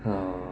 um